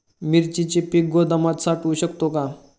मिरचीचे पीक गोदामात साठवू शकतो का?